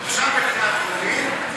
עכשיו בקריאה טרומית,